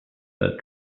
felt